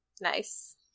nice